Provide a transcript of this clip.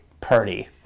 Purdy